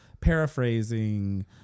paraphrasing